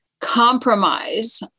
compromise